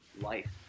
life